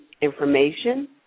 information